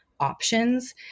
options